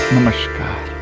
Namaskar